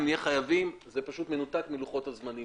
נהיה חייבים זה פשוט מנותק מלוחות הזמנים.